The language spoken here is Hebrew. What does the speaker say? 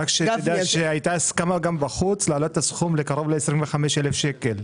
רק שתדע שהייתה הסכמה בחוץ להעלות את הסכום לקרוב ל-25,000 שקלים.